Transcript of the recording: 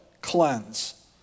cleanse